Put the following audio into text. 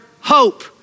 hope